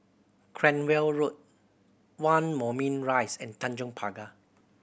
Cranwell Road One Moulmein Rise and Tanjong Pagar